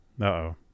Uh-oh